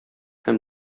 һәм